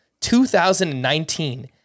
2019